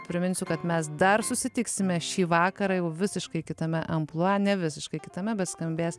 priminsiu kad mes dar susitiksime šį vakarą jau visiškai kitame amplua ne visiškai kitame bet skambės